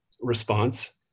response